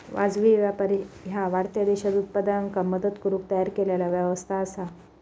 वाजवी व्यापार ह्या वाढत्या देशांत उत्पादकांका मदत करुक तयार केलेला व्यवस्था असा